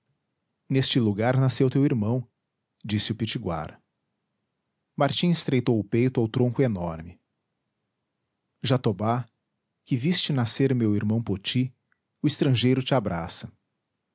neste lugar nasceu teu irmão disse o pitiguara martim estreitou o peito ao tronco enorme jatobá que viste nascer meu irmão poti o estrangeiro te abraça